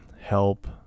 help